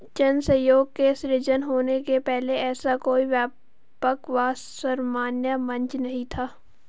जन सहयोग के सृजन होने के पहले ऐसा कोई व्यापक व सर्वमान्य मंच नहीं था